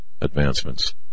advancements